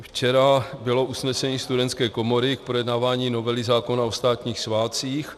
Včera bylo usnesení Studentské komory k projednávání novely zákona o státních svátcích.